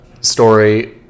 story